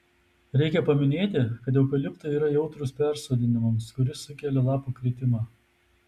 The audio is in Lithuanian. reikia paminėti kad eukaliptai yra jautrūs persodinimams kuris sukelia lapų kritimą